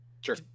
Sure